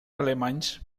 alemanys